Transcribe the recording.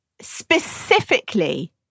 specifically